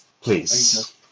please